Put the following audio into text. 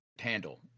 handle